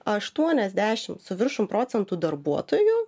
aštuoniasdešim su viršum procentų darbuotojų